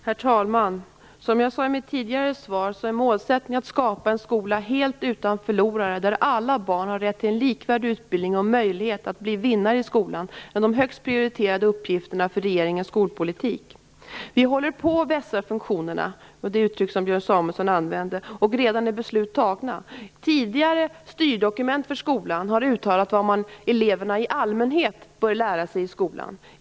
Herr talman! Som jag sade i mitt tidigare svar, är målsättningen att skapa en skola helt utan förlorare, där alla barn har rätt till likvärdig utbildning och möjlighet att bli vinnare i skolan. Det är en av de högst prioriterade uppgifterna i regeringens skolpolitik. Vi håller på att vässa funktionerna, och beslut har redan fattats. I tidigare styrdokument för skolan har uttalats vad eleverna i allmänhet bör lära sig i skolan.